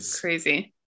crazy